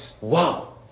wow